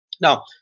now